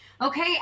Okay